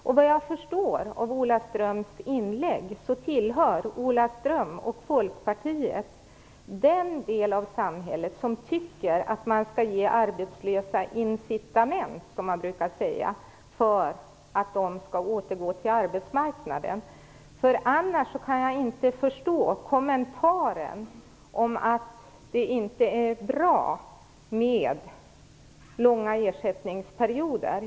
Efter vad jag förstår av Ola Ströms inlägg tillhör Ola Ström och Folkpartiet den del av samhället som tycker att man - som man brukar säga - skall ge arbetslösa incitament för att de skall återgå till arbetsmarknaden. På något annat sätt kan jag inte förstå Ola Ströms kommentar om att det inte är bra med långa ersättningsperioder.